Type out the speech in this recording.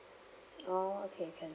oh okay can